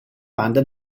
banda